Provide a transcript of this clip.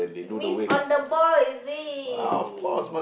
means on the ball is it